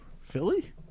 Philly